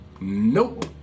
Nope